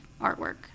artwork